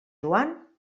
joan